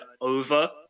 over